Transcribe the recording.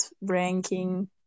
ranking